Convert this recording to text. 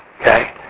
okay